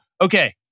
Okay